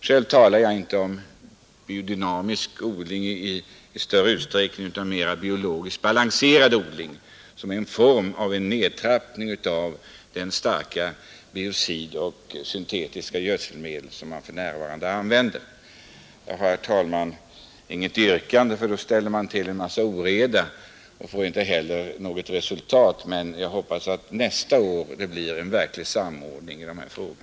Själv talar jag inte om biodynamisk odling utan mera om biologiskt balanserad odling, som är en form av en nedtrappning av de starkt biocidhaltiga syntetiska gödselmedel som för närvarande används. Jag har, herr talman, inget yrkande ty då ställer man till en massa oreda utan att få något resultat. Jag hoppas att det till nästa år blir en verklig samordning av dessa frågor.